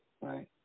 right